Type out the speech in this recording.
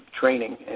training